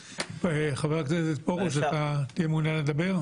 חבר הכנסת פרוש, אתה תהיה מעוניין לדבר?